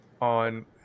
on